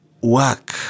work